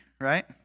right